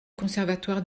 conservatoire